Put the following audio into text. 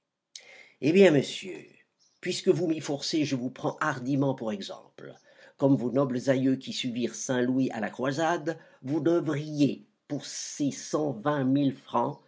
eh bien monsieur puisque vous m'y forcez je vous prends hardiment pour exemple comme vos nobles aïeux qui suivirent saint louis à la croisade vous devriez pour